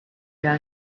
done